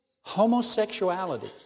homosexuality